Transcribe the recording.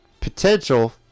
potential